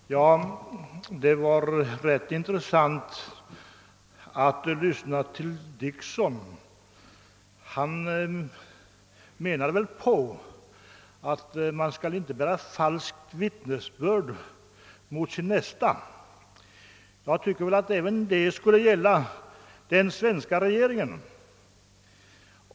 Herr talman! Det var ganska intressant att lyssna till herr Dickson. Han sade att man inte skall bära falsk vittnesbörd mot sin nästa. Jag tycker att detta skulle gälla även den svenska regeringen.